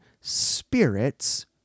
spirits